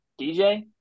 DJ